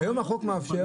היום החוק מאפשר.